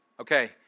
Okay